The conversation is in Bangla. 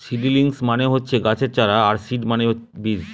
সিডিলিংস মানে হচ্ছে গাছের চারা আর সিড মানে বীজ